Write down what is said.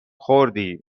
خوردی